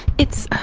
it's, oh,